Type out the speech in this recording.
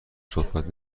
صحبت